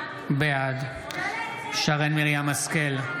בעד שרן מרים השכל,